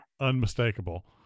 unmistakable